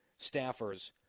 staffers